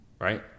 Right